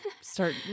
start